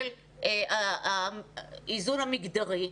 של האיזון המגדרי,